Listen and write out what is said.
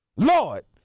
Lord